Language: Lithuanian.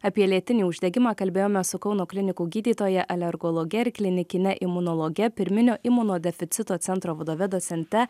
apie lėtinį uždegimą kalbėjome su kauno klinikų gydytoja alergologe ir klinikine imunologe pirminio imunodeficito centro vadove docente